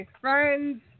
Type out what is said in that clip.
friends